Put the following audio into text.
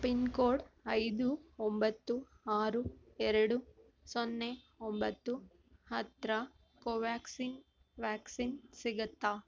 pin code ಐದು ಒಂಬತ್ತು ಆರು ಎರಡು ಸೊನ್ನೆ ಒಂಬತ್ತು ಹತ್ತಿರ ಕೋವ್ಯಾಕ್ಸಿನ್ ವ್ಯಾಕ್ಸಿನ್ ಸಿಗುತ್ತಾ